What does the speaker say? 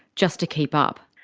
just to keep up.